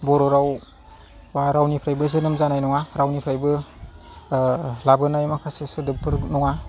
बर' रावआ रावनिफ्रायबो जोनोम जानाय नङा रावनिफ्रायबो लाबोनाय माखासे सोदोबफोर नङा